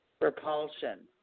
repulsion